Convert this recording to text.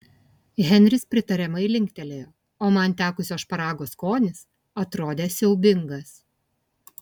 henris pritariamai linktelėjo o man tekusio šparago skonis atrodė siaubingas